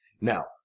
Now